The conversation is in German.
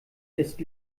ist